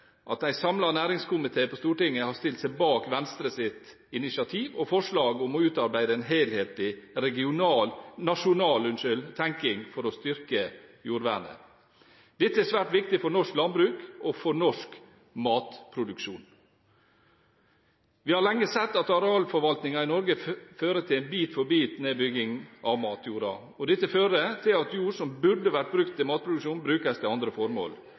at en samlet næringskomité på Stortinget har stilt seg bak Venstres initiativ og forslag om å utarbeide en helhetlig nasjonal tenking for å styrke jordvernet. Dette er svært viktig for norsk landbruk og for norsk matproduksjon. Vi har lenge sett at arealforvaltningen i Norge fører til en bit-for-bit-nedbygging av matjorda, og dette fører til at jord som burde vært brukt til matproduksjon, brukes til andre formål.